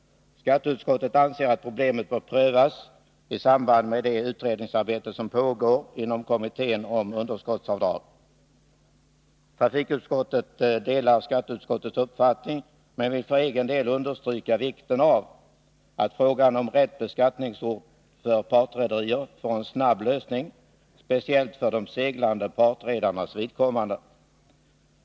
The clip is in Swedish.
Skatteutskottet anser att problemet bör prövas i samband med det utredningsarbete som pågår inom kommittén om underskottsavdrag. Trafikutskottet delar skatteutskottets uppfattning men vill för egen del understryka vikten av att frågan om rätt beskattningsort för partrederier får en snabb lösning, speciellt för de seglande partredarnas vidkommande.